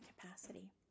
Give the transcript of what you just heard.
capacity